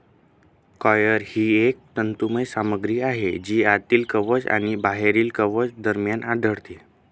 coir ही एक तंतुमय सामग्री आहे जी आतील कवच आणि बाहेरील कवच दरम्यान आढळते